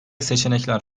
seçenekler